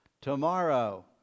tomorrow